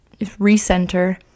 recenter